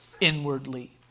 inwardly